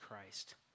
Christ